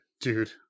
Dude